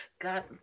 God